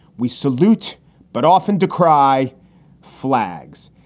we salute but often decry flags.